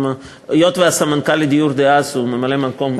היות שהסמנכ"ל לדיור דאז הוא ממלא-מקום המנכ"ל היום,